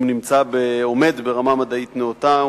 אם הוא עומד ברמה מדעית נאותה,